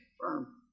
firm